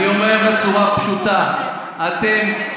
אני אגיד לך בצורה פשוטה: אתם,